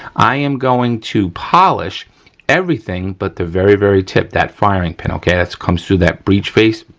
i am going to polish everything but the very very tip, that firing pin, okay, that comes through that breach face,